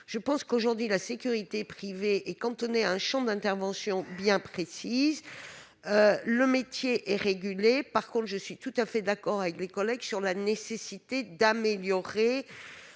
n'y paraît. Aujourd'hui, la sécurité privée est cantonnée à un champ d'intervention bien précis, et le métier est régulé. En revanche, je suis tout à fait d'accord avec vous sur la nécessité d'améliorer